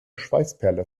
schweißperle